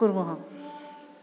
कुर्मः